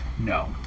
No